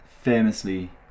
famously